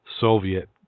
Soviet